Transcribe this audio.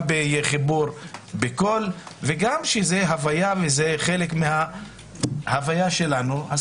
גם בחיבור וגם שהיא חלק מהוויה שלנו.